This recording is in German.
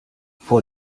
vor